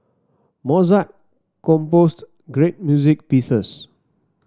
Mozart composed great music pieces